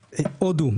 הודו,